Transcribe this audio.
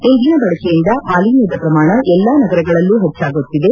ಇಂಧನ ಬಳಕೆಯಿಂದ ಮಾಲಿನ್ಯದ ಪ್ರಮಾಣ ಎಲ್ಲಾ ನಗರಗಳಲ್ಲೂ ಹೆಚ್ಚಾಗುತ್ತಿದೆ